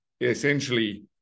essentially